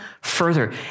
further